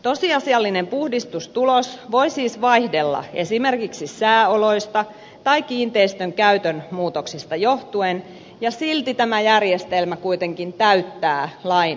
tosiasiallinen puhdistustulos voi siis vaihdella esimerkiksi sääoloista tai kiinteistön käytön muutoksista johtuen ja silti tämä järjestelmä kuitenkin täyttää lain vaatimukset